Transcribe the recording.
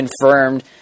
confirmed